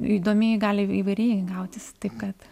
įdomiai gali įvairiai gautis taip kad